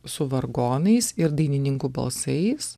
su vargonais ir dainininkų balsais